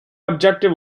objective